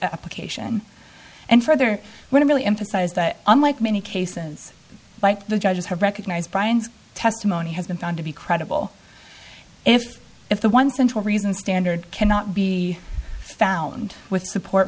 application and further when it really emphasized that unlike many cases like the judges have recognized brian's testimony has been found to be credible if if the one central reason standard cannot be found with support